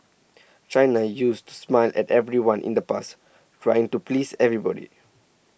China used to smile at everyone in the past trying to please everybody